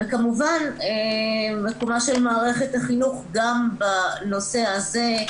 וכמובן מקומה של מערכת החינוך גם בנושא הזה,